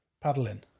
Paddling